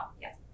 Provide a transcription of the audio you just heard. yes